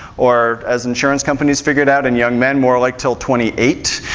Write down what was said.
or as insurance companies figured out in young men, more like till twenty eight.